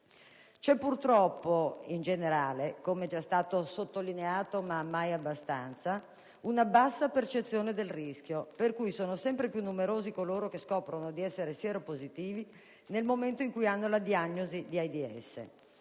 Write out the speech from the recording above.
C'è, purtroppo, in generale - come è giù stato sottolineato ma mai abbastanza - una bassa percezione del rischio, per cui sono sempre più numerosi coloro che scoprono di essere sieropositivi nel momento in cui hanno la diagnosi di AIDS: